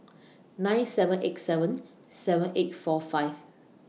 nine seven eight seven seven eight four five